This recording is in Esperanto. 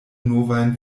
novajn